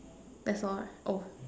that's all right oh